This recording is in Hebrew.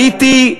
הייתי,